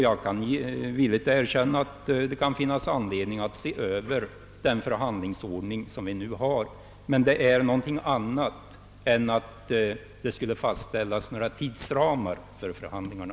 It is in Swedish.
Jag kan villigt erkänna att det kan finnas anledning att se över den förhandlingsordning som vi nu har, men det är någonting annat än att fastställa tidsramar för förhandlingarna.